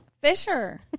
fisher